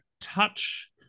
touch